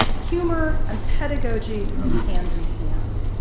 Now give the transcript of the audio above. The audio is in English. humor and pedagogy went hand in hand.